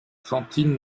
fantine